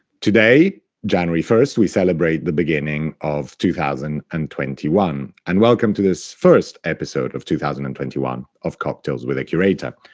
today, january one, we celebrate the beginning of two thousand and twenty one, and welcome to this first episode of two thousand and twenty one of cocktails with a curator.